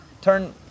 turn